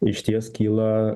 išties kyla